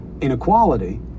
inequality